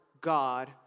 god